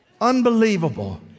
Unbelievable